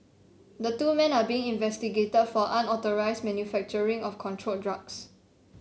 the two men are being investigated for unauthorised manufacturing of controlled drugs